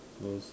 those